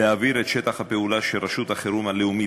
להעביר את שטח הפעולה של רשות החירום הלאומית,